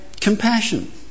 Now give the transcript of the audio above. compassion